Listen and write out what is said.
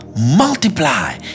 multiply